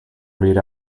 read